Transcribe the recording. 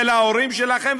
ולהורים שלכם,